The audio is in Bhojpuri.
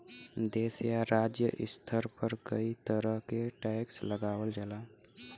देश या राज्य स्तर पर कई तरह क टैक्स लगावल जाला